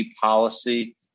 policy